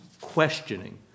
questioning